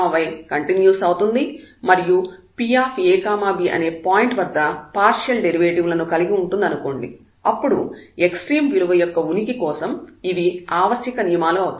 fxy continuous అవుతుంది మరియు Pab అనే పాయింట్ వద్ద పార్షియల్ డెరివేటివ్ లను కలిగి ఉంటుంది అనుకోండి అప్పుడు ఎక్స్ట్రీమ్ విలువ యొక్క ఉనికి కోసం ఇవి ఆవశ్యక నియమాలు అవుతాయి